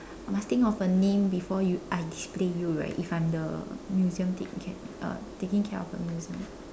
must think of a name before you I display you right if I'm the museum taking care uh taking care of a museum